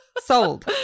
sold